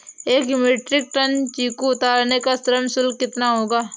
एक metric ton चीकू उतारने का श्रम शुल्क कितना होगा?